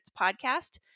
podcast